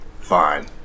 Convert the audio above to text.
Fine